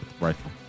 rifle